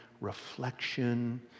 reflection